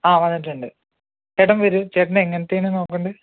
ആ വന്നിട്ടുണ്ട് ചേട്ടൻ വരൂ ചേട്ടൻ എങ്ങനത്തെയാണ് നോക്കുന്നത്